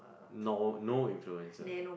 no no influencer